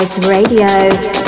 Radio